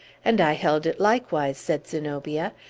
and i held it likewise, said zenobia.